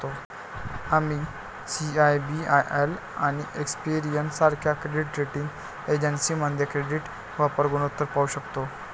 आम्ही सी.आय.बी.आय.एल आणि एक्सपेरियन सारख्या क्रेडिट रेटिंग एजन्सीमध्ये क्रेडिट वापर गुणोत्तर पाहू शकतो